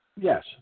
Yes